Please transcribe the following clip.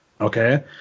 okay